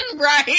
right